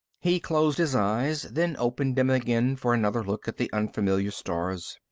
he closed his eyes, then opened them again for another look at the unfamiliar stars.